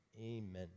Amen